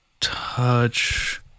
touch